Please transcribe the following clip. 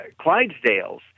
Clydesdales